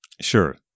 Sure